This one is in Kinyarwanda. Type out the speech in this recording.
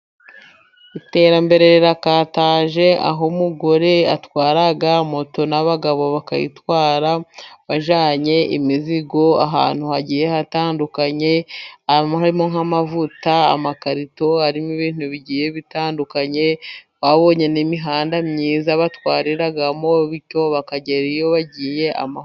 Iterambere rirakataje aho umugore atwara moto, n'abagabo bakayitwara bajyanye imizigo ahantu hagiye hatandukanye harimo: nk'amavuta, amakarito harimo ibintu bigiye bitandukanye, babonye n'imihanda myiza batwariramo bityo bakagera iyo bagiye amahoro.